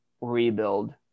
rebuild